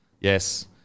yes